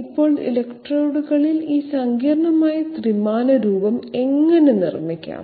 ഇപ്പോൾ ഇലക്ട്രോഡുകളിൽ ഈ സങ്കീർണ്ണമായ ത്രിമാന രൂപം എങ്ങനെ നിർമ്മിക്കാം